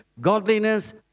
godliness